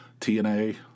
TNA